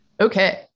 Okay